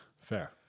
Fair